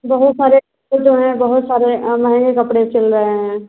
बहुत सारे वह तो हैं बहुत सारे महँगे कपड़े चल रहे हैं